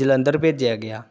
ਜਲੰਧਰ ਭੇਜਿਆ ਗਿਆ